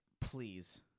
Please